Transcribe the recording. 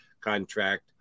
contract